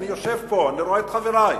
אני יושב פה ורואה את חברי,